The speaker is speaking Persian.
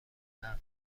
تحقق